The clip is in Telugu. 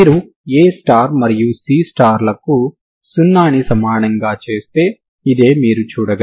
మీరు A మరియు C లను సున్నాకి సమానంగా చేస్తే ఇదే మీరు చూడగలిగేది